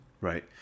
Right